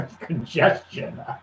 congestion